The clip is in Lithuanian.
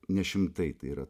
ne šimtai tai yra